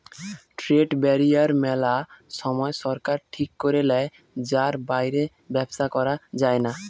trade barrier মেলা সময় সরকার ঠিক করে লেয় যার বাইরে ব্যবসা করা যায়না